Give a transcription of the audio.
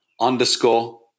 underscore